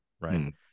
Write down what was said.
right